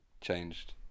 changed